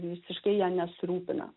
visiškai ja nesirūpina